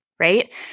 right